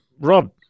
Rob